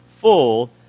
full